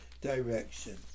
direction